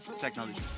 technology